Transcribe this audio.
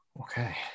Okay